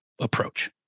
approach